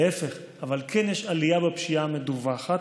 להפך, אבל כן יש עלייה בפשיעה המדווחת.